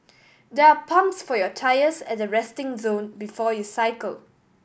there are pumps for your tyres at the resting zone before you cycle